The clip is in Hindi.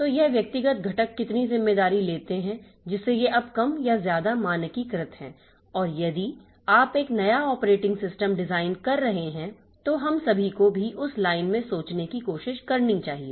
तो यह व्यक्तिगत घटक कितनी जिम्मेदारी लेते है जिससे ये अब कम या ज्यादा मानकीकृत है और यदि आप एक नया ऑपरेटिंग सिस्टम डिजाइन कर रहे हैं तो हम सभी को भी उस लाइन में सोचने की कोशिश करनी चाहिए